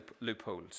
loopholes